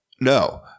no